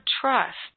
trust